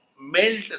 melt